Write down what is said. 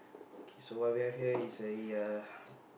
okay so what we have here is a uh